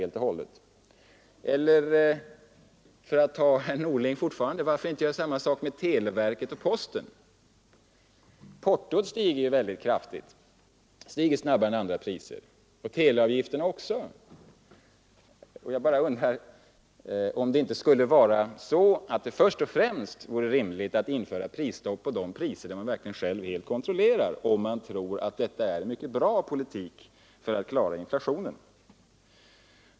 Eller varför inte — för att fortsätta att ge exempel från herr Norlings område — göra samma sak inom televerket och posten? Portot stiger snabbare än andra priser, och teleavgifterna likaså. Jag bara undrar om det inte vore rimligt att först och främst införa prisstopp när det gäller de priser som man verkligen själv kontrollerar, om man tror att detta är en bra politik för att komma till rätta med inflationen.